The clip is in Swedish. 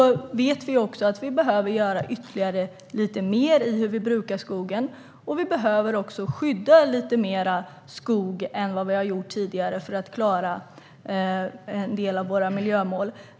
Men vi behöver göra ytterligare lite mer i brukandet av skogen, och vi behöver också skydda lite mer skog än tidigare för att klara en del av miljömålen.